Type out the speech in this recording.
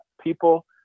people